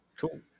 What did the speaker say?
Cool